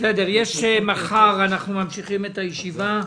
מחר נמשיך את הדיון בוועדה.